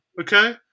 Okay